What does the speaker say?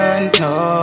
no